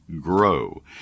grow